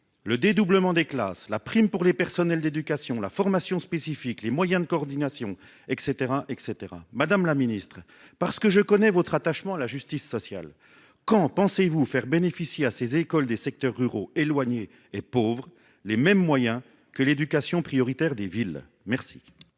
le dédoublement des classes, la prime pour les personnels d'éducation, la formation spécifique, les moyens de coordination, etc. Madame la secrétaire d'État, je connais votre attachement à la justice sociale. Aussi, quand pensez-vous faire bénéficier ces écoles des secteurs ruraux éloignés et pauvres des mêmes moyens que l'éducation prioritaire des villes ? La